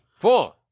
four